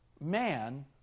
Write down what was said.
Man